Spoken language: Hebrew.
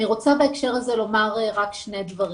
אני רוצה בהקשר הזה לומר שני דברים.